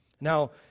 Now